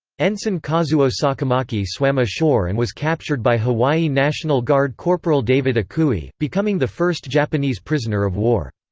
ensign kazuo sakamaki swam ashore and was captured by hawaii national guard corporal david akui, becoming the first japanese prisoner of war.